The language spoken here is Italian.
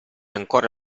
ancora